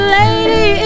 lady